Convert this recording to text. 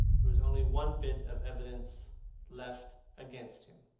there was only one bit of evidence left against him.